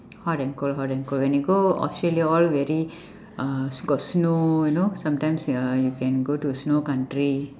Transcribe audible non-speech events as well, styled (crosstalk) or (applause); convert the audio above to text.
hot and cold hot and cold when you go australia all very (breath) uh s~ got snow you know sometimes uh you can go to snow country